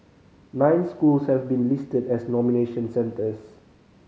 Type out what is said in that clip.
nine schools have been listed as nomination centres